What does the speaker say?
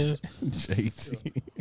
JT